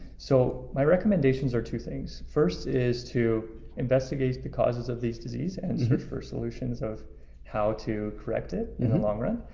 so my recommendations are two things. first, is to investigate the causes of these disease and search for solutions of how to correct it in the long run.